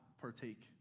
partake